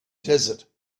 desert